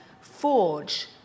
forge